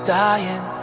dying